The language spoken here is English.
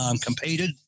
competed